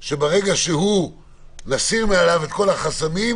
שברגע שמסירים את כל החסמים,